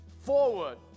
forward